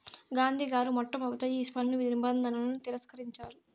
గాంధీ గారు మొట్టమొదటగా ఈ పన్ను నిబంధనలను తిరస్కరించారు